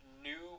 new